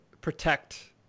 protect